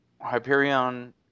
Hyperion